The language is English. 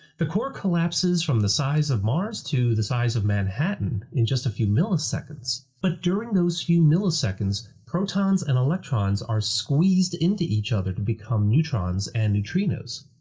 the core collapses from the size of mars to the size of manhattan in just a few milliseconds. but during those few milliseconds, protons and electrons are squeezed into each other to become neutrons and neutrinos.